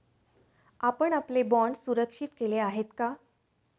आपण आपले बाँड सुरक्षित केले आहेत का?